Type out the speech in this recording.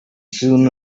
soon